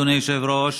אדוני היושב-ראש,